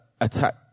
attack